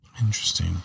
Interesting